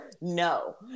no